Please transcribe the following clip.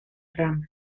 ramas